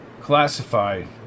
Classified